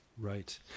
Right